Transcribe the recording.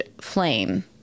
flame